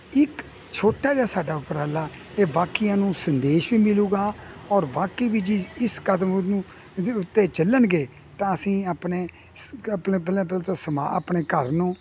ਇੱਕ ਛੋਟਾ ਜਿਹਾ ਸਾਡਾ ਉਪਰਾਲਾ ਇਹ ਬਾਕੀਆਂ ਨੂੰ ਸੰਦੇਸ਼ ਵੀ ਮਿਲੂਗਾ ਔਰ ਬਾਕੀ ਵੀ ਚੀਜ਼ ਇਸ ਕਦਮ ਨੂੰ ਇਹਦੇ ਉੱਤੇ ਚੱਲਣਗੇ ਤਾਂ ਅਸੀਂ ਆਪਣੇ ਆਪਣੇ ਪਹਿਲਾਂ ਪਹਿਲਾਂ ਤਾਂ ਸਮਾਜ ਆਪਣੇ ਘਰ ਨੂੰ